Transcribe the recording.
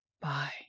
Bye